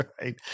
right